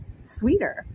sweeter